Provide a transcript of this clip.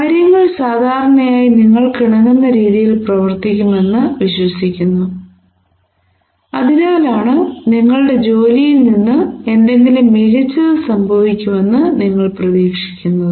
കാര്യങ്ങൾ സാധാരണയായി നിങ്ങൾക്കിണങ്ങുന്ന രീതിയിൽ പ്രവർത്തിക്കുമെന്ന് വിശ്വസിക്കുന്നു അതിനാലാണ് നിങ്ങളുടെ ജോലിയിൽ നിന്ന് എന്തെങ്കിലും മികച്ചത് സംഭവിക്കുമെന്ന് നിങ്ങൾ പ്രതീക്ഷിക്കുന്നത്